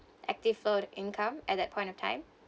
active for income at that point of time